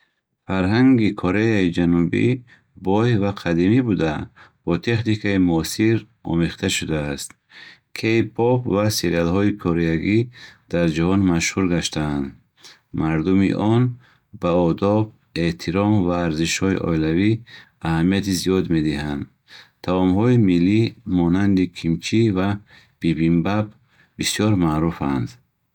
Фарҳанги Кореяи Ҷанубӣ бой ва қадимӣ буда, бо техникаи муосир омехта шудааст. Кей поп ва сериалҳои кореягӣ дар ҷаҳон машҳур гаштаанд. Мардуми он ба одоб, эҳтиром ва арзишҳои оилавӣ аҳамияти зиёд медиҳанд. Таомҳои миллӣ, монанди кимчи ва бибимбап, бисёр маъруфанд.